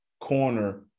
corner